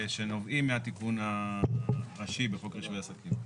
שנובעים מהתיקון הראשי בחוק רישוי עסקים.